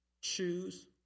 choose